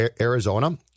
Arizona